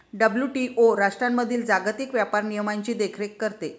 WTO राष्ट्रांमधील जागतिक व्यापार नियमांची देखरेख करते